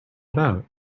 about